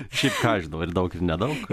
šiaip ką žinau ir daug ir nedaug